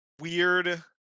weird